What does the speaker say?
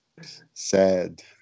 Sad